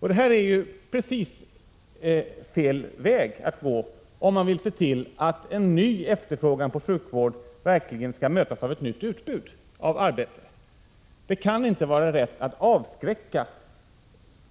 Men det är precis fel väg att gå, om man vill se till att en ny efterfrågan på sjukvård verkligen skall mötas av ett nytt utbud av arbete. Det kan inte vara rätt att avskräcka